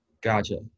Gotcha